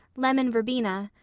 lemon verbena,